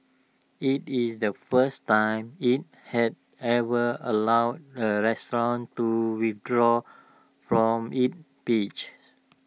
IT is the first time IT has ever allowed A restaurant to withdraw from its pages